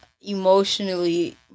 emotionally